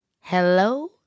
hello